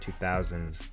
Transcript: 2000s